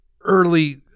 early